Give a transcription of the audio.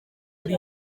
muri